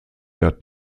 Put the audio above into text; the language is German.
der